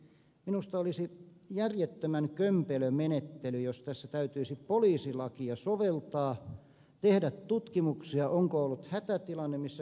minusta olisi järjettömän kömpelö menettely jos tässä täytyisi poliisilakia soveltaa tehdä tutkimuksia onko ollut hätätilanne missä kyy tapetaan